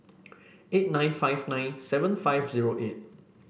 eight nine five nine seven five zero eight